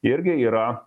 irgi yra